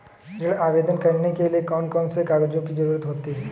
ऋण आवेदन करने के लिए कौन कौन से कागजों की जरूरत होती है?